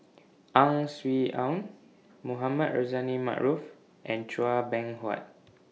Ang Swee Aun Mohamed Rozani Maarof and Chua Beng Huat